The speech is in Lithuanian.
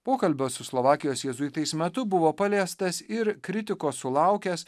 pokalbio su slovakijos jėzuitais metu buvo paliestas ir kritikos sulaukęs